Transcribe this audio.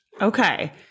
Okay